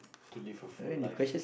to live a full life